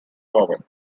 vowel